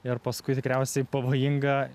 ir paskui tikriausiai pavojinga